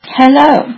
Hello